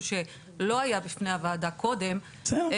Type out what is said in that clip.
שלא היה בפני הוועדה קודם --- בסדר.